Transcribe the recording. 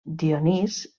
dionís